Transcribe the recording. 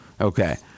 Okay